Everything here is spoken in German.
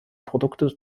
produkte